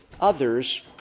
others